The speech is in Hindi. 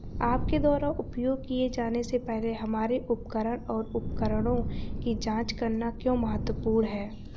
आपके द्वारा उपयोग किए जाने से पहले हमारे उपकरण और उपकरणों की जांच करना क्यों महत्वपूर्ण है?